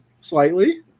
slightly